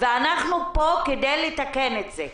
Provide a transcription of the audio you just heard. ואנחנו פה כדי לתקן את זה.